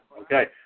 Okay